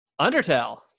Undertale